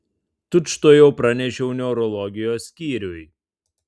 tučtuojau pranešiau neurologijos skyriui